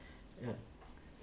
ya